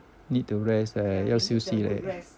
need to rest leh 要休息嘞